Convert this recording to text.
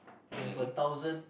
you have a thousand